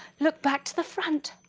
look back to the front.